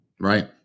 Right